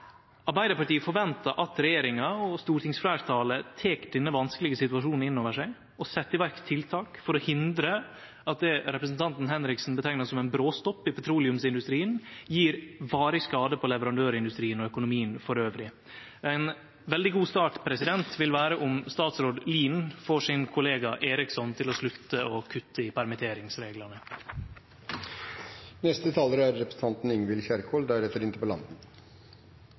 Arbeidarpartiet forventar at regjeringa og stortingsfleirtalet tek denne vanskelege situasjonen inn over seg og set i verk tiltak for å hindre at det representanten Henriksen kallar ein «bråstopp» i petroleumsindustrien, gjer varig skade på leverandørindustrien og økonomien elles. Ein veldig god start vil vere om statsråd Lien får kollegaen sin Eriksson til å slutte å kutte i